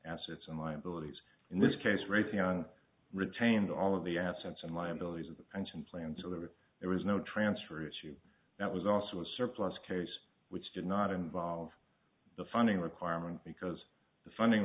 assets and liabilities in this case raytheon retained all of the assets and liabilities of the pension plans so that if there was no transfer issue that was also a surplus case which did not involve the funding requirement because the funding